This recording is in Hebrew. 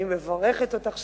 אני מברכת אותך שוב,